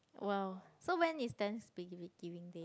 !wow! so when is thanks giving giving day